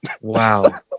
Wow